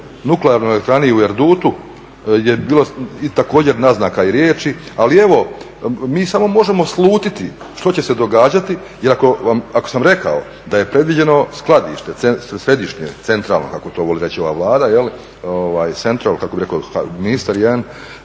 nuklearnoj elektrani u Erdutu je bilo također naznaka i riječi, ali evo mi samo možemo slutiti što će se događati, jer ako sam rekao da je predviđeno skladište, središnje, centralno kako to voli reći ova Vlada, central kako bi rekao jedan